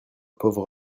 pauvre